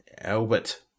Albert